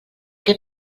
què